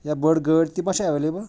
یا بٔڑ گٲڑۍ تہِ حظ چھا ایویلیبٕل